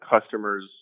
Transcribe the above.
customers